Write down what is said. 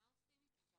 מה עושים איתם?